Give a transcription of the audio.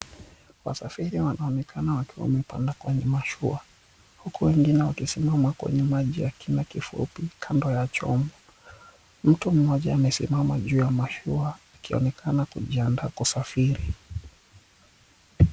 Wasafiri wanaonekana wakiwa wamepanda kwenye mashua huku wengine wakisimama kwenye maji ya kina kifupi kando ya chombo. Mtu mmoja amesimama juu ya mashua akionekana kujiandaa kusafiri.